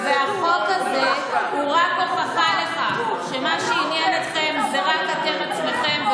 והחוק הזה הוא רק הוכחה לכך שמה שעניין אתכם הוא רק אתם עצמכם,